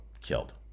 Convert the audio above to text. killed